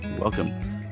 Welcome